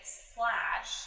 slash